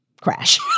crash